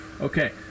Okay